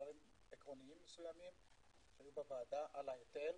דברים עקרוניים מסוימים שהיו בוועדה על ההיטל